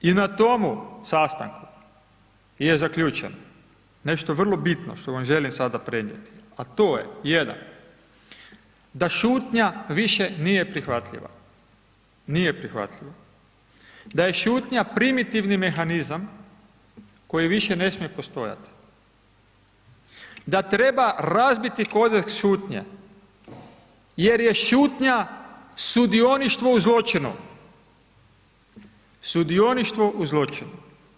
I na tomu sastanku je zaključeno nešto vrlo bitno što vam želim sada prenijeti, a to je 1. da šutnja više nije prihvatljiva, da je šutnja primitivni mehanizam koji više ne smije postojati, da treba razbiti kodeks šutnje jer je šutnja sudioništvo u zločinu, sudioništvo u zločinu.